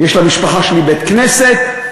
יש למשפחה שלי בית-כנסת,